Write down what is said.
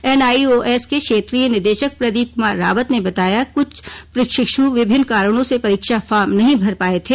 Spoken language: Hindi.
एनआईओएस के क्षेत्रीय निदेशक प्रदीप कुमार रावत ने बताया कि कुछ प्रशिक्ष् विभिन्न कारणों से परीक्षा फॉर्म नहीं भर पाए थे